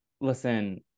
Listen